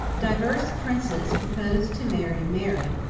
divers princes proposed to marry mary,